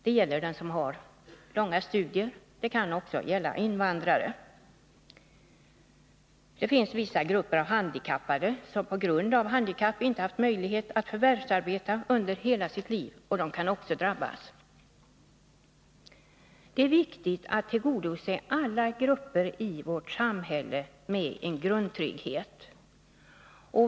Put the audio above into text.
Det gäller dem som har långa studier. Det kan också gälla invandrare. Det finns vissa grupper av handikappade som på grund av handikappet inte haft möjlighet att förvärvsarbeta under hela sitt liv, och de kan också komma i fråga. Det är viktigt att förse alla grupper i vårt samhälle med en grundtrygghet.